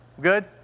Good